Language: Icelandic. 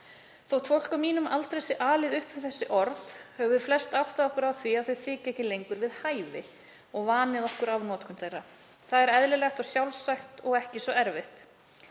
„Þótt fólk á mínum aldri sé alið upp við þessi orð höfum við flest áttað okkur á því að þau þykja ekki lengur við hæfi, og vanið okkur af notkun þeirra. Það er eðlilegt og sjálfsagt — og ekki svo erfitt.